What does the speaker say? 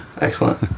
excellent